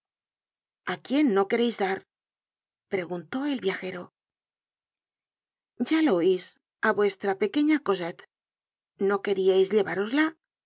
a quién no quereis dar preguntó el viajero ya lo oís á nuestra pequeña cosette no queríais llevárosla